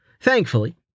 Thankfully